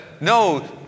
no